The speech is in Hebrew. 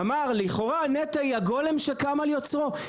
אמר: לכאורה נת"ע היא הגולם שקם על יוצרו,